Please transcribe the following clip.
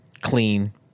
clean